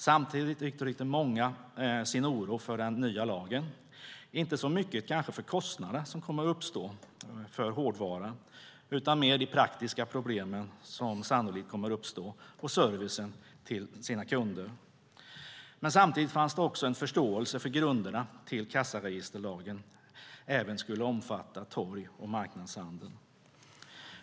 Samtidigt uttryckte många sin oro för den nya lagen, kanske inte så mycket för de kostnader som kommer att uppstå för hårdvaran utan mer för de praktiska problem som sannolikt kommer att uppstå i fråga om service till kunderna. Samtidigt fanns det också en förståelse för grunderna till att kassaregisterlagen även skulle omfatta torg och marknadshandeln.